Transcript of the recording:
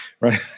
right